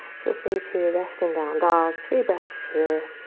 feel free to rest in down dog. three breaths here.